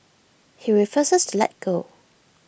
he refuses to let go